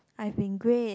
I've been great